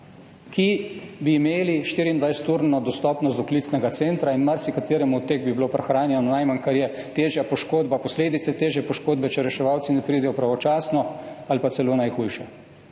ki bi imeli 24-urno dostopnost do klicnega centra, in marsikateremu od teh bi bila prihranjena najmanj, kar je, težja poškodba, posledice težje poškodbe, če reševalci ne pridejo pravočasno, ali pa celo najhujše.